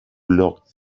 locked